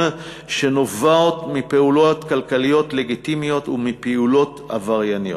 שנובעות מפעולות כלכליות לגיטימיות ומפעולות עברייניות,